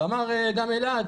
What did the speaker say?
ואמר גם אלעד,